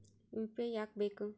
UPI ಯಾಕ್ ಬೇಕು?